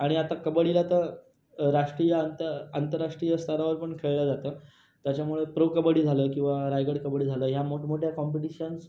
आणि आता कबड्डीला तर राष्ट्रीय आंत आंतराष्ट्रीय स्तरावर पण खेळला जातो त्याच्यामुळे प्रो कबड्डी झालं किंवा रायगड कबड्डी झालं ह्या मोठमोठ्या कॉम्पिटिशन्स